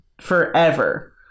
forever